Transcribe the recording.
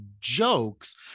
jokes